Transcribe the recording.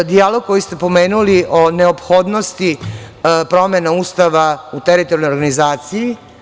Dijalog koji ste pomenuli o neophodnosti promena Ustava u teritorijalnog organizaciji.